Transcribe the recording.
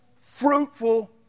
fruitful